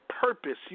purpose